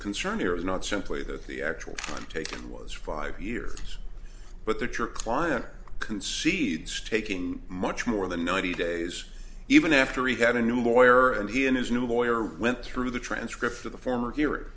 concern here was not simply that the actual take was five years but that your client concedes taking much more than ninety days even after e had a new lawyer and he and his new lawyer went through the transcript of the former hear